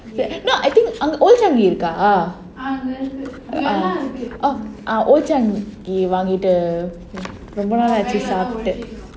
no I think ஒரு:oru time ah oh Old Chang Kee ஒரு:oru